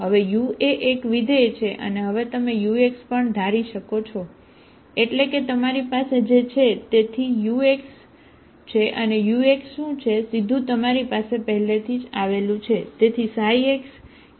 હવે u એ એક વિધેય છે અને હવે તમે ux પણ ધારી શકો છો એટલે કે તમારી પાસે જે છે તેથી ux છેux શું છે સીધું તમારી પાસે પહેલેથી જ છે તેથી ξxuxu